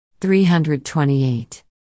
328